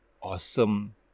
awesome